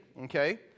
okay